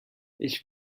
ich